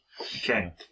Okay